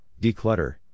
declutter